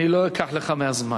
אני לא אקח לך מהזמן.